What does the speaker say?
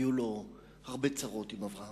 היו לו הרבה צרות עם אברהם: